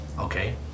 okay